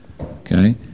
Okay